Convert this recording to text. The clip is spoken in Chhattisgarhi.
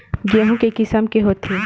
गेहूं के किसम के होथे?